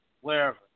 wherever